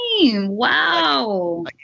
Wow